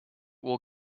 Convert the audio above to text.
will